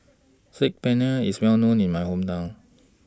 Saag Paneer IS Well known in My Hometown